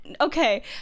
okay